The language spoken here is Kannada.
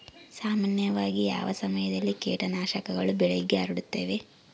ಸಾಮಾನ್ಯವಾಗಿ ಯಾವ ಸಮಯದಲ್ಲಿ ಕೇಟನಾಶಕಗಳು ಬೆಳೆಗೆ ಹರಡುತ್ತವೆ?